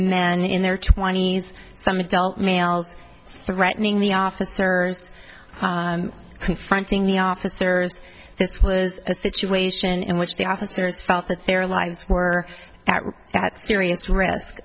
men in their twenty's some adult males threatening the officers confronting the officers this was a situation in which the officers felt that their lives were at serious risk